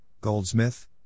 Goldsmith